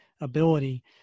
ability